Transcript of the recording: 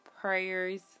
prayers